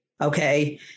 Okay